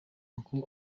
uncle